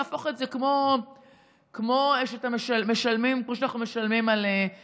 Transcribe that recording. להפוך את זה למשהו יותר סוציאליסטי,